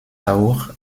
auch